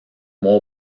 mois